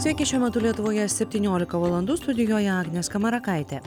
sveiki šiuo metu lietuvoje septyniolika valandų studijoje agnė skamarakaitė